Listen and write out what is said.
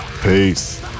Peace